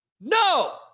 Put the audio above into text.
No